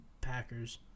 Packers